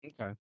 Okay